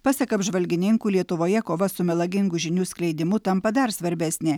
pasak apžvalgininkų lietuvoje kova su melagingų žinių skleidimu tampa dar svarbesnė